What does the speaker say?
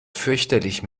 fürchterlich